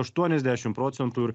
aštuoniasdešimt procentų ir